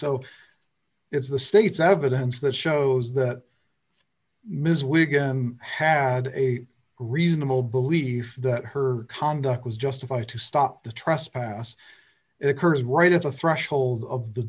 so it's the state's evidence that shows that ms wigan had a reasonable belief that her conduct was justified to stop the trespass it occurs right at the threshold of the